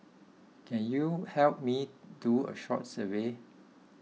can you help me do a short survey